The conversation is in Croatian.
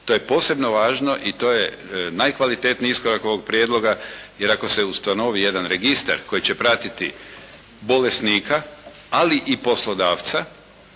To je posebno važno i to je najkvalitetniji iskorak ovog prijedloga, jer ako se ustanovi jedan registar koji će pratiti bolesnika, ali i poslodavca